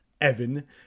Evan